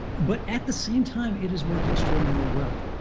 but at the same time, it has worked extraordinarily well.